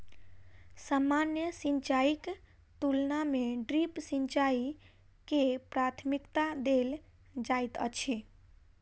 सामान्य सिंचाईक तुलना मे ड्रिप सिंचाई के प्राथमिकता देल जाइत अछि